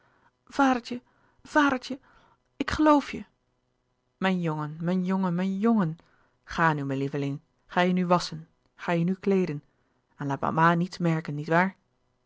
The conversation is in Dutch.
vadertje vadertje ik geloof je mijn jongen mijn jongen mijn jongen ga nu mijn lieveling ga je nu wasschen ga je nu kleeden en laat mama niets merken